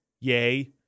yay